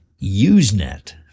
Usenet